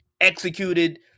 executed